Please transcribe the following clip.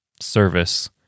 service